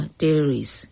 dairies